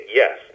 yes